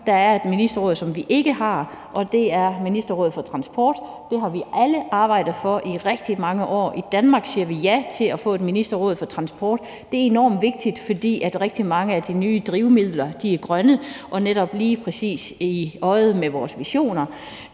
Der er et ministerråd, vi ikke har, og det er et ministerråd for transport. Det har vi alle arbejdet i rigtig mange år for at få, og i Danmark siger vi ja til at få et ministerråd for transport. Det er enormt vigtigt, for rigtig mange af de nye drivmidler er grønne, og præcis det er lige i øjet